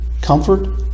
Comfort